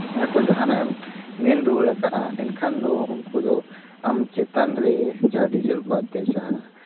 ᱟᱠᱚ ᱡᱟᱦᱟᱱᱟᱜ ᱮᱢ ᱢᱮᱱ ᱨᱩᱣᱟᱹᱲ ᱠᱟᱜᱼᱟ ᱢᱮᱱᱠᱷᱟᱱ ᱫᱚ ᱩᱱᱠᱩ ᱫᱚ ᱟᱢ ᱪᱮᱛᱟᱱ ᱨᱮ ᱟᱹᱰᱤ ᱡᱳᱨ ᱠᱚ ᱚᱛᱛᱟᱪᱟᱨᱟ